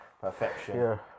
Perfection